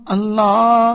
Allah